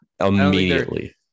Immediately